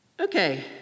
Okay